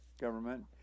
government